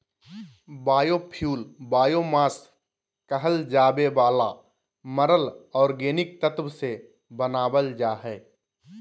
biofuel biomass कहल जावे वाला मरल ऑर्गेनिक तत्व से बनावल जा हइ